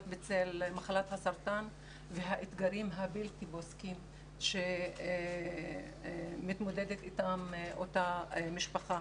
בצל מחלת הסרטן והאתגרים הבלתי פוסקים שמתמודדת איתם אותה משפחה.